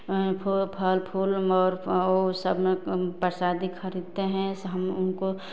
खूब फल फूल और और सब में प्रसाद खरीदते हैं हम उनको